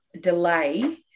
delay